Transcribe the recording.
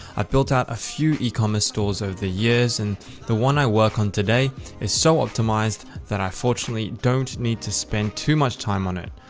i built out a few e-commerce stores over the years, and the one i work on today is so optimized that i fortunately don't need to spend too much time on it.